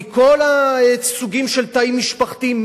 מכל הסוגים של תאים משפחתיים,